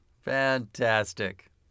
Fantastic